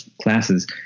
classes